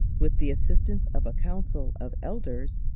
with the assistance of a council of elders,